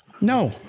No